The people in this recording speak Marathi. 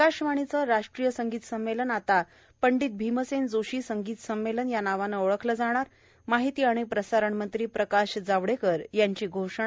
आकाशवाणीचे राष्ट्रीय संगीत संमेलन आता पंडित भीमसेन जोशी संगीत संमेलन या नावाने ओळखले जाणार माहिती आणि प्रसारण मंत्री प्रकाश जावडेकर यांची घोषणा